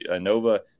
Nova